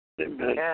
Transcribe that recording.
Amen